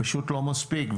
פשוט לא מספיק,